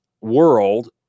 world